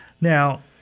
Now